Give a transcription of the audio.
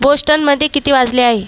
Boston मध्ये किती वाजले आहे